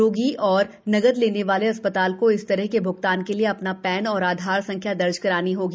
रोगी और नकद लेने वाले अस्ततल को इस तरह के भूगतान के लिए अ ना प्रैन और आधार संख्या दर्ज करानी होगी